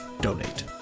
donate